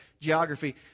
geography